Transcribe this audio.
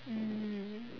mm